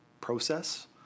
process